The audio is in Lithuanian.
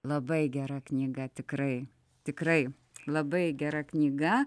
labai gera knyga tikrai tikrai labai gera knyga